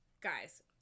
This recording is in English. guys